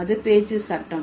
அது பேச்சு சட்டம்